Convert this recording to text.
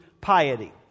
piety